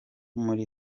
muri